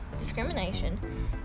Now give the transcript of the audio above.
Discrimination